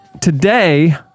Today